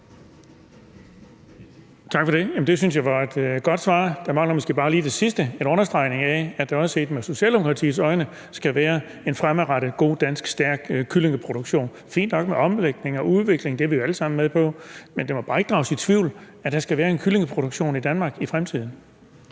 Tak for det. Det synes jeg var et godt svar. Der mangler måske bare lige det sidste, nemlig en understregning af, er der også set med Socialdemokratiets øjne fremadrettet skal være en god, dansk, stærk kyllingeproduktion. Det er fint nok med omlægning og udvikling, det er vi jo alle sammen med på. Men det må bare ikke drages i tvivl, at der skal være en kyllingeproduktion i Danmark i fremtiden.